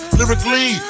lyrically